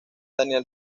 daniel